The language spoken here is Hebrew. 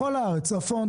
צפון,